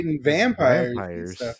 Vampires